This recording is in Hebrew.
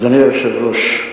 אדוני היושב-ראש,